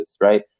right